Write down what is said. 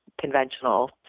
conventional